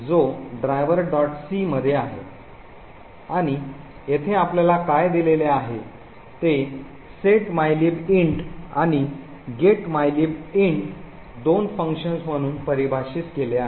c मध्ये आहे आणि येथे आपल्याला काय दिलेले आहे ते set mylib int आणि getmylib int दोन फंक्शन्स म्हणून परिभाषित केले आहे